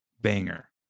banger